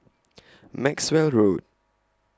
Maxwell Road